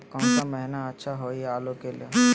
कौन सा महीना अच्छा होइ आलू के ला?